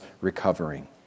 recovering